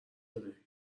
بده